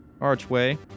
archway